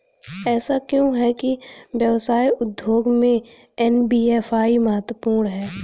ऐसा क्यों है कि व्यवसाय उद्योग में एन.बी.एफ.आई महत्वपूर्ण है?